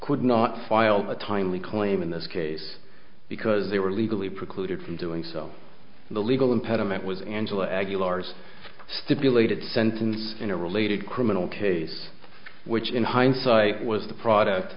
could not file a timely claim in this case because they were legally precluded from doing so the legal impediment was angela aguilar's stipulated sentence in a related criminal case which in hindsight was the product